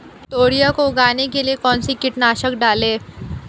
तोरियां को उगाने के लिये कौन सी कीटनाशक डालें?